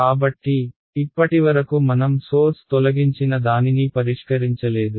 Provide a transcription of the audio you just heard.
కాబట్టి ఇప్పటివరకు మనం సోర్స్ తొలగించిన దానినీ పరిష్కరించలేదు